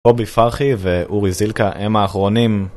קובי פרחי ואורי זילכה הם האחרונים